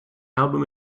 album